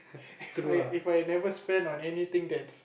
If I If I never spend on any thing that's